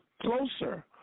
closer